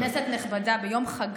כבוד יו"ר הישיבה, כנסת נכבדה, ביום חגה